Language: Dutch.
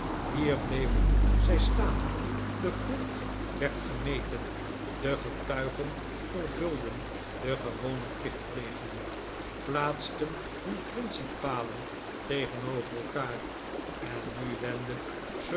hier bleven zij staan de grond werd gemeten de getuigen vervulden de gewone plichtplegingen plaatsten hun principalen tegenover elkaar en nu wendde